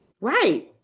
right